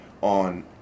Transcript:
on